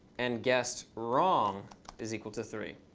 and guessed wrong is equal to three.